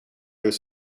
was